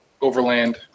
overland